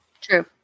True